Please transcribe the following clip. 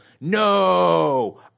No